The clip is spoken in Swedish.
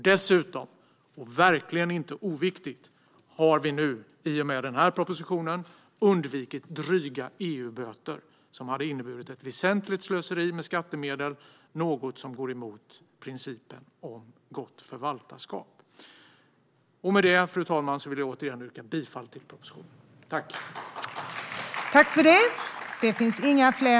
Dessutom, vilket verkligen inte är oviktigt, har vi nu i och med denna proposition undvikit dryga EU-böter som hade inneburit ett väsentligt slöseri med skattemedel, något som går emot principen om gott förvaltarskap. Fru talman! Därmed vill jag återigen yrka bifall till propositionen och utskottets förslag i betänkandet.